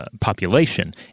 Population